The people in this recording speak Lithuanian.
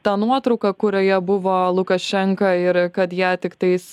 tą nuotrauką kurioje buvo lukašenka ir kad ją tiktais